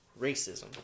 racism